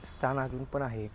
स्थान अजून पण आहे